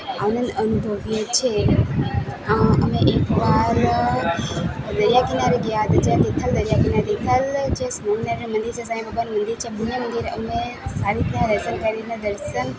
આનંદ અનુભવીએ છે અમે એકવાર દરિયા કિનારે ગયા હતા જ્યાં તિથલ દરિયા કિનારે તિથલ જે સ્કૂલને અને મંદિર છે સાંઈબાબાનું મંદિર છે મંદિર અમે સારી રીતે દર્શન કરીને દર્શન